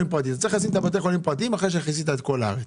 להכניס את בתי החולים הפרטיים אחרי שכיסית את כל הארץ.